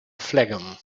phlegm